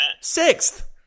Sixth